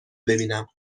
ببینم